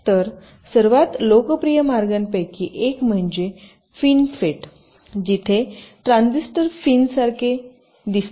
तर सर्वात लोकप्रिय मार्गांपैकी एक म्हणजे FinFET जिथे ट्रांजिस्टर फिनसारखे दिसतात